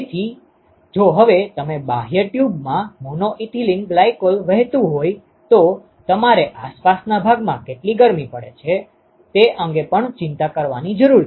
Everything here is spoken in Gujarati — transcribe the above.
તેથી જો હવે તમે બાહ્ય ટ્યુબમાં મોનો ઇથિલિન ગ્લાયકોલ વહેતુ હોય તો તમારે આસપાસના ભાગમાં કેટલી ગરમી પડે છે તે અંગે પણ ચિંતા કરવાની જરૂર છે